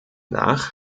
nach